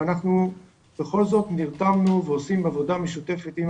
ואנחנו בכל זאת נרתמנו ועושים עבודה משותפת עם